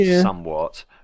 somewhat